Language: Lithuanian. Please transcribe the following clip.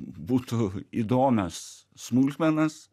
būtų įdomias smulkmenas